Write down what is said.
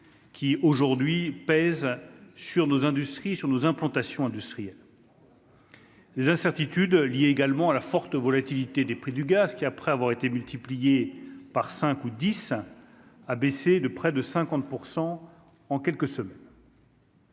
Qui aujourd'hui pèsent sur nos industries sur nos implantations industrielles. Les incertitudes liées également à la forte volatilité des prix du gaz qui, après avoir été multiplié par 5 ou 10 ans, a baissé de près de 50 % en quelques semaines.